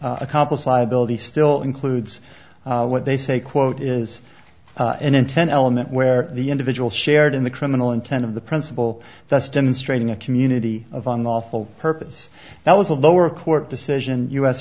accomplished liability still includes what they say quote is an intent element where the individual shared in the criminal intent of the principal thus demonstrating a community of unlawful purpose that was a lower court decision u